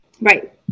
Right